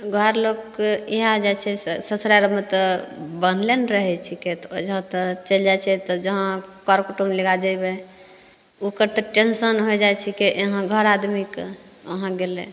घर लोकके इएह जाइ छै से ससुरारिमे तऽ बन्हले ने रहय छिकै तऽ ओइजाँ तऽ चलि जाइ छियै तऽ जहाँ करकुटुम लगा जेबय ओकर तऽ टेन्शन होइ जाइ छिकै एहाँ घर आदमीके ओहाँ गेलय